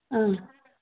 ꯑꯥ